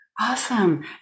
awesome